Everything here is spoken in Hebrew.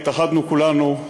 התאחדנו כולנו,